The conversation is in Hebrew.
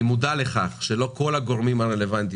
אני מודע לכך שלא כל הגורמים הרלוונטיים